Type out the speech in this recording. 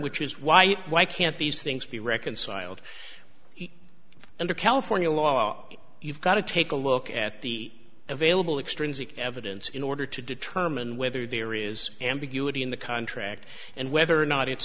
which is why why can't these things be reconciled under california law you've got to take a look at the available extrinsic evidence in order to determine whether there is ambiguity in the contract and whether or not i